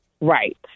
Right